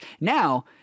Now